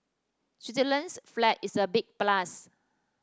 Switzerland's flag is a big plus